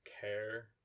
care